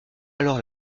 alors